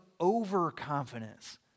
overconfidence